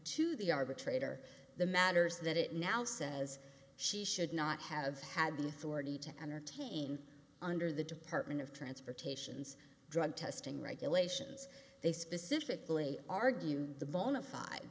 to the arbitrator the matters that it now says she should not have had the authority to entertain under the department of transportation's drug testing regulations they specifically argue the bon